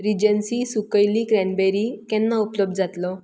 Regency सुकयल्लीं cranberry केन्ना उपलब्ध जातलो